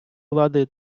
влади